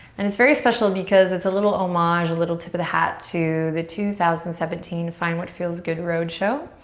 and it's very special because it's a little homage, a little tip of the hat to the two thousand and seventeen find what feels good roadshow.